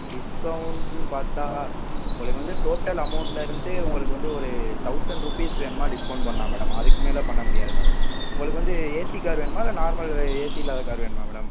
டிஸ்கவுண்ட்டுன்னு பார்த்தா உங்களுக்கு வந்து டோட்டல் அமௌண்ட்லிருந்து உங்களுக்கு வந்து ஒரு தௌசண்ட் ருப்பீஸ் வேணுமா டிஸ்கவுண்ட் பண்ணலாம் மேடம் அதுக்கு மேலே பண்ண முடியாது மேடம் உங்களுக்கு வந்து ஏசி கார் வேணுமா இல்லை நார்மல் ஏசி இல்லாத கார் வேணுமா மேடம்